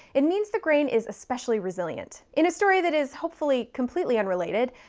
it means the grain is especially resilient. in a story that is, hopefully, completely unrelated,